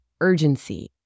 urgency